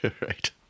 Right